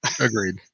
Agreed